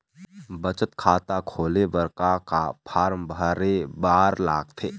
बचत खाता खोले बर का का फॉर्म भरे बार लगथे?